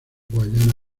guayana